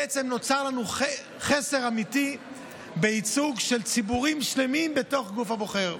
בעצם נוצר לנו חסר אמיתי בייצוג של ציבורים שלמים בתוך הגוף הבוחר.